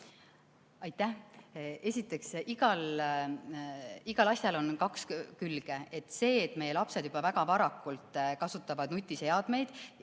Aitäh! Esiteks, igal asjal on kaks külge. Üks külg on see, et meie lapsed juba väga varakult kasutavad nutiseadmeid,